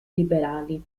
liberali